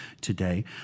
today